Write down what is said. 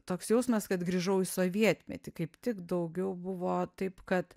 toks jausmas kad grįžau į sovietmetį kaip tik daugiau buvo taip kad